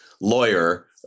lawyer